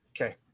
Okay